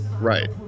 Right